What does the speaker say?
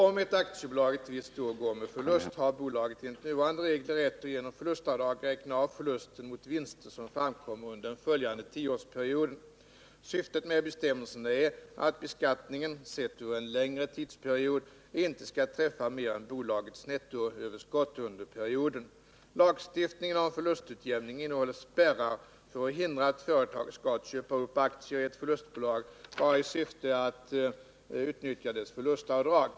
Om ett aktiebolag ett visst år går med förlust, har bolaget enligt nuvarande regler rätt att genom förlustavdrag räkna av förlusten mot vinster som framkommer under den följande 10-årsperioden. Syftet med bestämmelserna är att beskattningen, sett över en längre tidsperiod, inte skall träffa mer än bolagets nettoöverskott under perioden. Lagstiftningen om förlustutjämning innehåller spärrar för att hindra att företag skall köpa upp aktier i ett förlustbolag enbart i syfte att utnyttja dess förlustavdrag.